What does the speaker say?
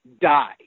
die